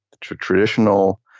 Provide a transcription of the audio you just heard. traditional